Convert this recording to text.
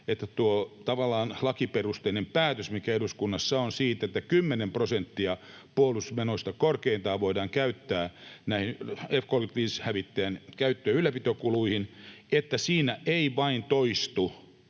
tavallaan lakiperusteinen päätös, mikä eduskunnassa on siitä, että korkeintaan 10 prosenttia puolustusmenoista voidaan käyttää näiden F-35-hävittäjien käyttö- ja ylläpitokuluihin, että siinä ei vain toistu